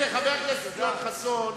חבר הכנסת יואל חסון,